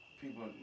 people